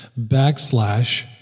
backslash